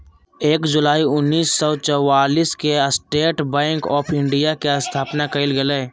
एक जुलाई उन्नीस सौ चौआलिस के स्टेट बैंक आफ़ इंडिया के स्थापना कइल गेलय